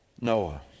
Noah